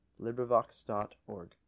LibriVox.org